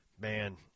man